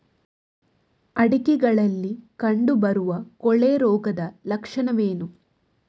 ಅಡಿಕೆಗಳಲ್ಲಿ ಕಂಡುಬರುವ ಕೊಳೆ ರೋಗದ ಲಕ್ಷಣವೇನು?